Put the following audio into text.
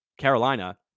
Carolina